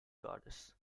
goddess